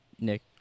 Nick